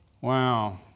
Wow